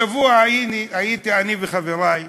השבוע הייתי, אני וחברי לסיעה,